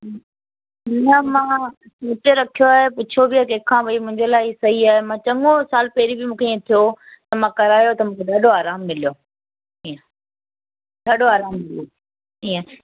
ह्म्म हींअर मां ॾिसी त रखियो आहे पुछियो बि आहे कंहिंखां भाई मुंहिंजे लाइ इहो सही आहे मां चङो साल पहरियूं बि खे इएं थियो हो त मां करायो त मूंखे ॾाढो आरामु मिलियो इअं ॾाढो आरामु मिलियो हो